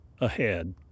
ahead